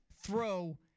throw